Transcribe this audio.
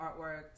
artwork